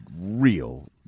real